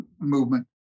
movement